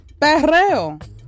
perreo